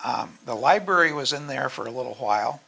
the library was in there for a little while